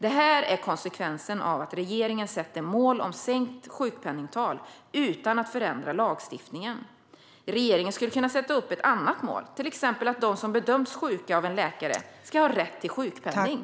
Det här är konsekvensen av att regeringen sätter mål om sänkt sjukpenningtal utan att förändra lagstiftningen. Regeringen skulle kunna sätta upp ett annat mål, till exempel att de som bedöms sjuka av en läkare ska ha rätt till sjukpenning.